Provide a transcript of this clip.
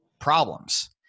problems